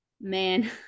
Man